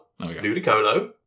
Ludicolo